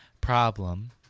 problem